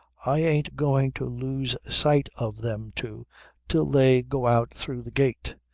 i ain't going to lose sight of them two till they go out through the gate.